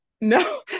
No